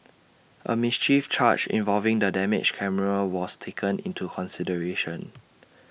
A mischief charge involving the damaged camera was taken into consideration